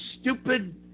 stupid